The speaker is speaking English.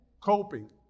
coping